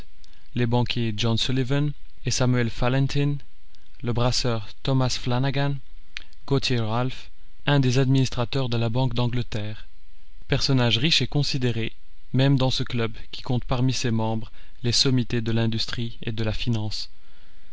les banquiers john sullivan et samuel fallentin le brasseur thomas flanagan gauthier ralph un des administrateurs de la banque d'angleterre personnages riches et considérés même dans ce club qui compte parmi ses membres les sommités de l'industrie et de la finance